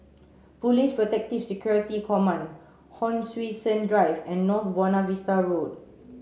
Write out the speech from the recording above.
Police Protective Security Command Hon Sui Sen Drive and North Buona Vista Road